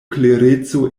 klereco